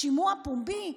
שימוע פומבי?